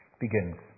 Begins